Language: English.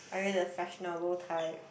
are you the fashionable type